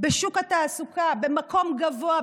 בשוק התעסוקה במקום גבוה,